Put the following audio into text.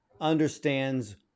understands